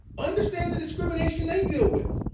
understand the discrimination they deal with.